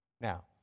Now